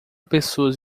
pessoas